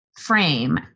frame